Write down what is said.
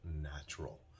natural